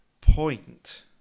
point